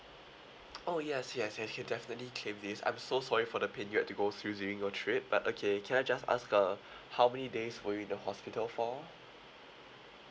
oh yes yes yes we'll definitely claim this I'm so sorry for the pain you had to go through during your trip but okay can I just ask uh how many days were you in the hospital for